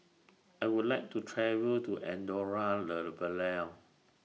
I Would like to travel to Andorra La Vella